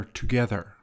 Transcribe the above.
together